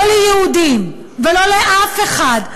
לא ליהודים ולא לאף אחד,